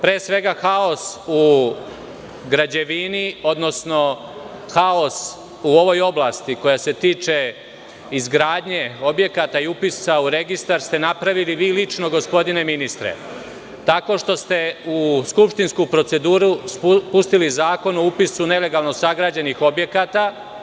Pre svega, haos u građevini, odnosno haos u ovoj oblasti koja se tiče izgradnje objekata i upisa u registar, napravili ste vi lično, gospodine ministre, tako što ste u skupštinsku proceduru pustili Zakon o upisu nelegalno sagrađenih objekata.